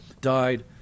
died